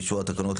באישור התקנות,